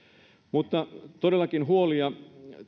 mutta todellakin huolia